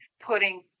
putting